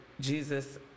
Jesus